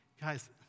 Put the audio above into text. guys